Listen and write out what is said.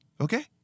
okay